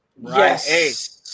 Yes